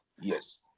Yes